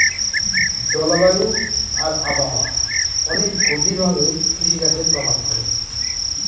জলবায়ু আর আবহাওয়া অনেক গভীর ভাবে কৃষিকাজে প্রভাব করে